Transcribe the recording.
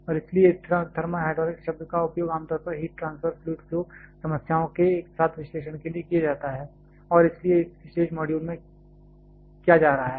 और इसलिए thermal hydraulics शब्द का उपयोग आमतौर पर हीट ट्रांसफर फ्लुड फ्लो समस्याओं के एक साथ विश्लेषण के लिए किया जाता है और इसलिए इस विशेष मॉड्यूल में क्या जा रहा है